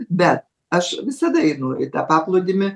bet aš visada einu į tą paplūdimį